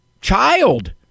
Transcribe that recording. Child